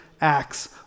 acts